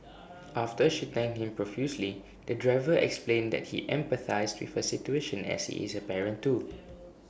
after she thanked him profusely the driver explained that he empathised with her situation as he is A parent too